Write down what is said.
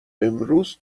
امروز